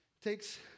takes